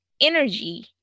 energy